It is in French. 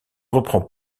reprend